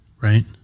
right